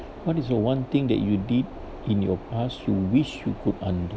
what is the one thing that you did in your past you wish you could undo